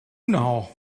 now